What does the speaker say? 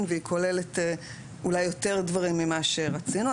והיא כוללת אולי יותר דברים ממה שרצינו.